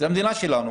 זו המדינה שלנו